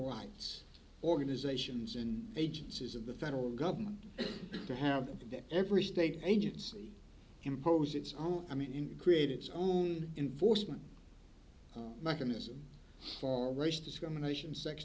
rights organizations and agencies of the federal government to have every state agency impose its own i mean in create its own inforced one mechanism for race discrimination sex